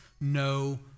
no